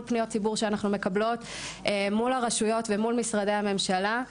פניות ציבור שאנחנו מקבלות מול הרשויות ומול משרדי הממשלה.